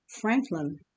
Franklin